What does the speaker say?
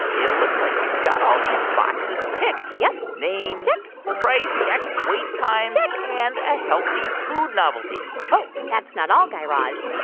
it looks like you've got all these boxes ticked yep name check price check wait times check and a healthy food novelty oh, that's not all, guy raz.